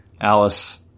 Alice